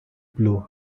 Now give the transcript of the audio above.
blue